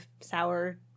sour